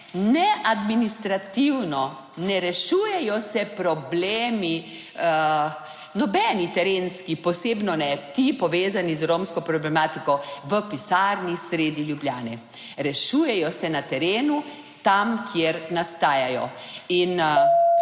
ne administrativno, ne rešujejo se problemi nobeni terenski, posebno ne ti povezani z romsko problematiko, v pisarni sredi Ljubljane, rešujejo se na terenu, tam, kjer nastajajo. In